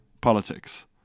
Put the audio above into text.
politics